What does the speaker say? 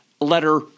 letter